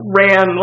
ran